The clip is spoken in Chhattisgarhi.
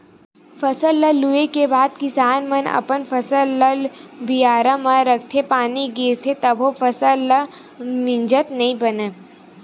फसल ल लूए के बाद किसान मन अपन फसल ल बियारा म राखथे, पानी गिरथे तभो फसल ल मिजत नइ बनय